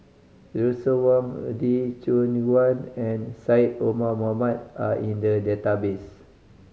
Russel Wong Lee Choon Guan and Syed Omar Mohamed are in the database